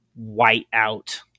whiteout